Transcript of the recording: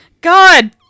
God